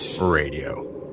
Radio